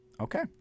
okay